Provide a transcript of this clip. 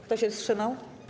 Kto się wstrzymał?